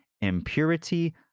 impurity